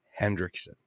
Hendrickson